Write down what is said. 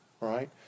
right